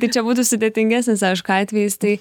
tai čia būtų sudėtingesnis aišku atvejis tai